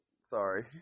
Sorry